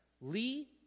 Lee